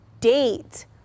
date